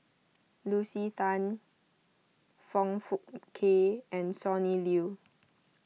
Lucy Than Foong Fook Kay and Sonny Liew